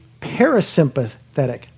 parasympathetic